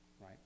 right